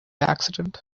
accident